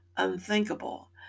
unthinkable